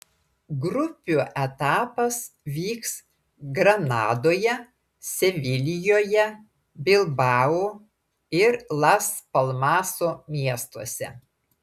grupių etapas vyks granadoje sevilijoje bilbao ir las palmaso miestuose